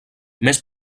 més